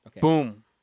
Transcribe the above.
Boom